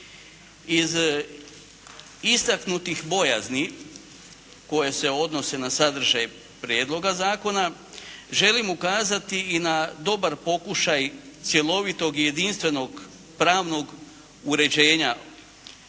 Iz istaknuti bojazni koje se odnose na sadržaj prijedloga zakona želim ukazati i na dobar pokušaj cjelovitog i jedinstvenog pravnog uređenja provedbe